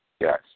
yes